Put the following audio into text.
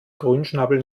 grünschnabel